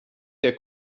der